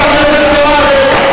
חברת הכנסת זוארץ.